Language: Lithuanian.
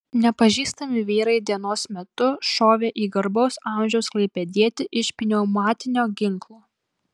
nepažįstami vyrai dienos metu šovė į garbaus amžiaus klaipėdietį iš pneumatinio ginklo